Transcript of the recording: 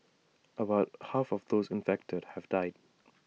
about half of those infected have died